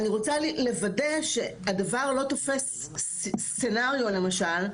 אני רוצה לוודא שהדבר לא תופס סצנריו למשל,